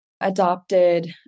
adopted